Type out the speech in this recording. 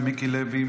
מיקי לוי,